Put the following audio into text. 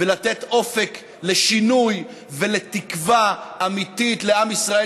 ולתת אופק לשינוי ולתקווה אמיתית לעם ישראל,